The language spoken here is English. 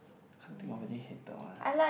I can't think of any hated one ah